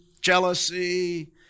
jealousy